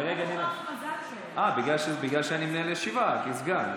בגלל שאני מנהל את הישיבה כסגן.